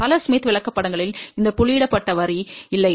பல ஸ்மித் விளக்கப்படங்களில் இந்த புள்ளியிடப்பட்ட வரி இல்லை